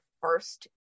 first